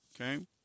Okay